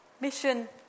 Mission